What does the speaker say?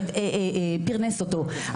ההורה פרנס אותו,